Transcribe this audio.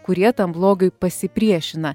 kurie tam blogiui pasipriešina